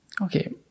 Okay